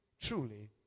truly